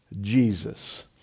Jesus